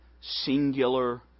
singular